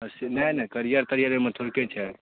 नहि नहि कैरिअर तैरिअर एहिमे थोड़के छै